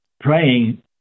praying